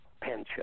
Pension